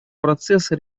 процесса